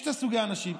יש שני סוגי אנשים,